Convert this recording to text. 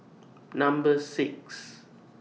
Number six